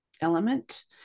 element